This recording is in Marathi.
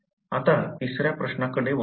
आता तिसऱ्या प्रश्नाकडे वळू